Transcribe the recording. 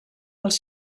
dels